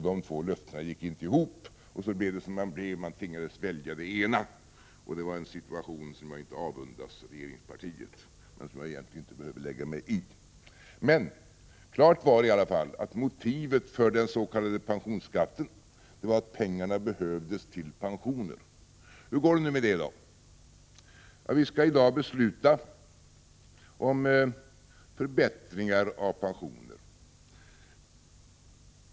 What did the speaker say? De två löftena gick inte ihop, och så blev det som det blev — man tvingades välja det ena. Det var en situation som jag inte avundas regeringspartiet men som jag egentligen inte behöver lägga mig i. Klart var i alla fall att motivet för den s.k. pensionsskatten var att pengarna behövdes till pensioner. Hur går det nu med det? Ja, riksdagen skall i dag besluta om förbättringar av pensioner.